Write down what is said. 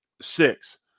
six